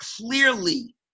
clearly